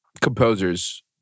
composers